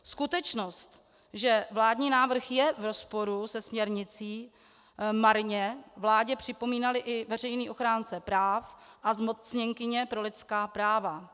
Skutečnost, že vládní návrh je v rozporu se směrnicí, marně vládě připomínali i veřejný ochránce práv a zmocněnkyně pro lidská práva.